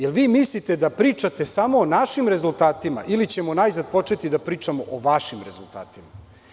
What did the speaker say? Da li vi mislite da pričate samo o našim rezultatima, ili ćemo najzad početi da pričamo o vašim rezultatima.